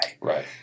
Right